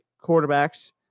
quarterbacks